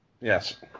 Yes